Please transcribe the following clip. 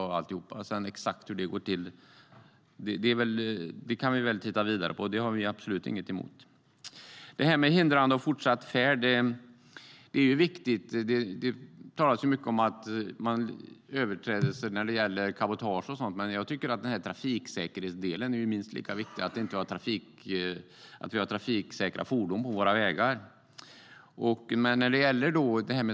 Vi har absolut inget emot att vi kan titta vidare på exakt hur det ska gå till. Hindrande av fortsatt färd är viktigt. Det talas mycket om överträdelser när det gäller cabotage och sådant. Men jag tycker att trafiksäkerhetsdelen är minst lika viktig. Vi ska ha trafiksäkra fordon på våra vägar.